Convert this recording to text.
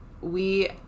We-